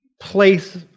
place